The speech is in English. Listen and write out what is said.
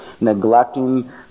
neglecting